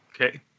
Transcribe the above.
Okay